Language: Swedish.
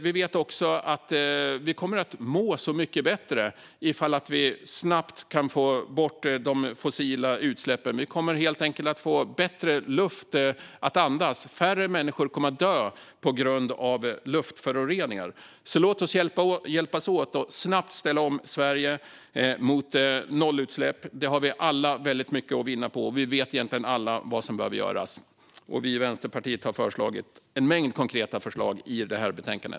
Vi vet också att vi kommer att må så mycket bättre ifall vi snabbt kan få bort de fossila utsläppen. Vi kommer helt enkelt att få bättre luft att andas. Färre människor kommer att dö på grund av luftföroreningar. Låt oss därför hjälpas åt att snabbt ställa om Sverige i riktning mot nollutsläpp. Det har vi alla väldigt mycket att vinna på. Vi vet alla egentligen vad som behöver göras. Och vi i Vänsterpartiet har en mängd konkreta förslag i detta betänkande.